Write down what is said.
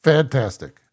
Fantastic